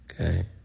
Okay